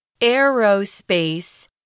Aerospace